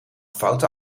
foute